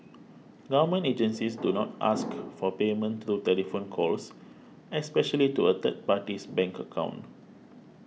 government agencies do not ask for payment through telephone calls especially to a third party's bank account